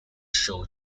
show